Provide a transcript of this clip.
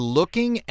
looking